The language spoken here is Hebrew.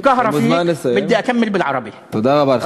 תודה רבה.